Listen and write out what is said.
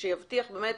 שיבטיח באמת,